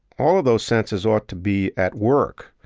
all of those senses ought to be at work.